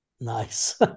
Nice